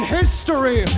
history